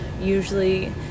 usually